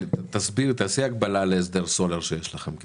תעשי הקבלה להסדר הסולר שיש לכם.